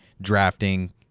drafting